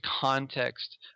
context